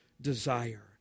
desire